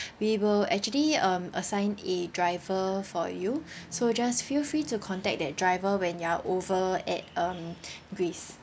we will actually um assign a driver for you so just feel free to contact that driver when you're over at um greece